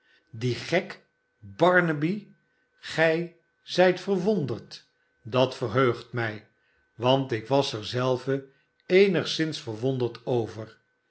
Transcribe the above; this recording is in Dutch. die gek barnaby gij zijt verwonderd dat verheugt mij want ik was er zelf eenigszins verwonderd over